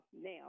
now